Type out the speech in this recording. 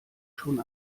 schon